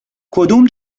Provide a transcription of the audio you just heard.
کدوم